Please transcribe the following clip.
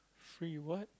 free what